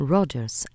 Rogers